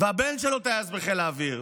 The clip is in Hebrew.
והבן שלו טייס בחיל האוויר,